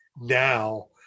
now